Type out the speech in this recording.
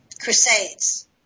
Crusades